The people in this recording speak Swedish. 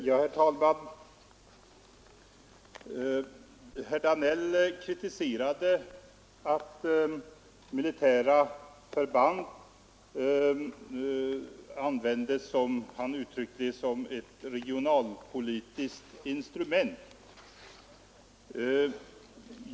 Herr talman! Herr Danell kritiserade att militära förband användes som ett, som han uttryckte det, regionalpolitiskt instrument.